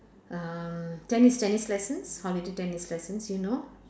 uh tennis tennis lessons holiday tennis lessons you know